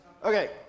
Okay